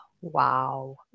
wow